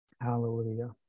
Hallelujah